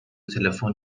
تلفن